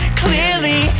clearly